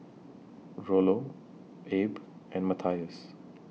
Rollo Abe and Matthias